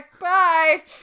bye